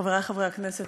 חברי חברי הכנסת,